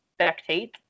spectate